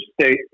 State